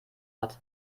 hat